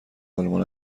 آلمان